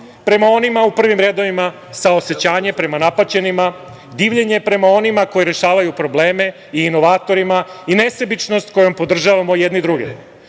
prema onima u prvim redovima, saosećanje napaćenima, divljenje prema onima koji rešavaju probleme, inovatorima i nesebičnost kojom podržavamo jedni druge. Vučić